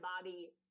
body